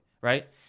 right